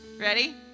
Ready